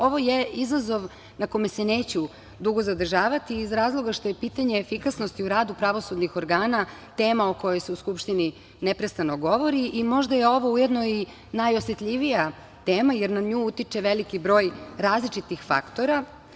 Ovo je izazov na kome se neću dugo zadržavati iz razloga što je pitanje efikasnosti u radu pravosudnih organa tema o kojoj se u Skupštini neprestano govori i možda je ovo ujedno i najosetljivija tema, jer na nju utiče veliki broj različitih faktora.